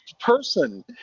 person